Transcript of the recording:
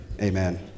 Amen